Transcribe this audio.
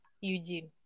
Eugene